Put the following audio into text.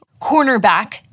cornerback